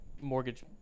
mortgage